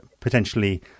potentially